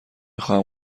خواهم